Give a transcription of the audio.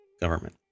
government